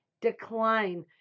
Decline